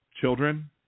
children